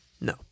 no